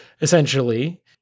essentially